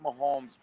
Mahomes